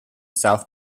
south